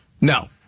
No